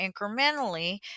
incrementally